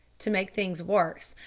to make things worse,